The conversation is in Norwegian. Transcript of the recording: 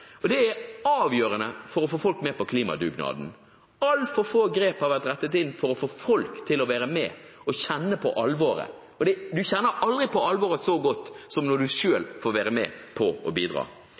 og det er avgjørende for å få folk med på klimadugnaden. Altfor få grep har vært rettet inn mot å få folk til å være med og kjenne på alvoret. Man kjenner aldri på alvoret så mye som når